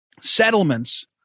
settlements